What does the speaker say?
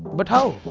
but how?